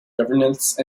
governance